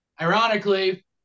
ironically